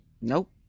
Nope